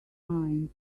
mind